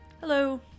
Hello